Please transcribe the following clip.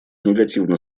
негативно